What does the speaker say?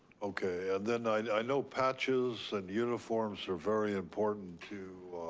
okay, and then i know patches and uniforms are very important to